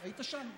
היית שם?